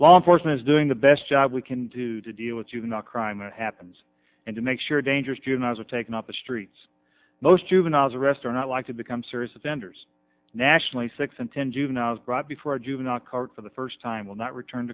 law enforcement doing the best job we can do to deal with juvenile crime happens and to make sure dangerous juveniles are taken off the streets most juveniles arrest or not like to become serious offenders nationally six and ten juveniles brought before a juvenile court for the first time will not return